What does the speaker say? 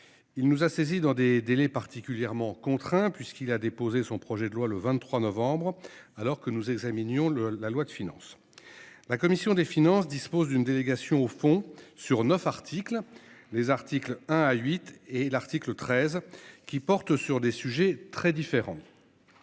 Il nous a saisis dans des délais particulièrement contraint puisqu'il a déposé son projet de loi le 23 novembre, alors que nous examinions le la loi de finances. La commission des finances dispose d'une délégation au fond sur neuf articles les articles hein à huit et l'article 13 qui porte sur des sujets très différents.